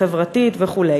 החברתית וכו',